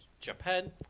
Japan